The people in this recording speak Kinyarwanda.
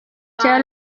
cya